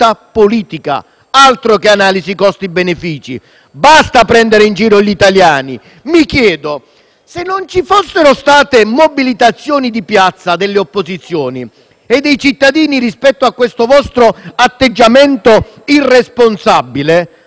politica. Altro che analisi costi-benefici: basta prendere in giro gli italiani! Mi chiedo se, qualora non ci fossero state mobilitazioni di piazza delle opposizioni e dei cittadini rispetto a questo vostro atteggiamento irresponsabile,